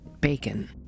Bacon